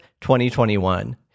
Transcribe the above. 2021